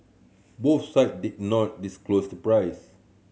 both side did not disclose the price